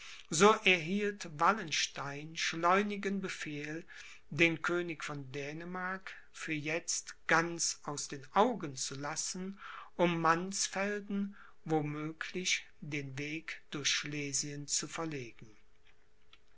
so erhielt wallenstein schleunigen befehl den könig von dänemark für jetzt ganz aus den augen zu lassen um mannsfelden wo möglich den weg durch schlesien zu verlegen